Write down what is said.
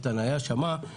איתן היה ושמע את הדברים.